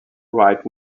right